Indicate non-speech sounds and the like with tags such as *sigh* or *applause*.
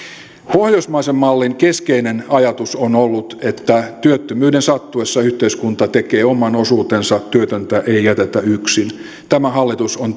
pohjoismaisen mallin keskeinen ajatus on ollut että työttömyyden sattuessa yhteiskunta tekee oman osuutensa työtöntä ei ei jätetä yksin tämä hallitus on *unintelligible*